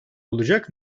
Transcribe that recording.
olacak